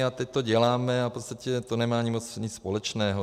A teď to děláme a v podstatě to nemá ani moc nic společného.